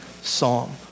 psalm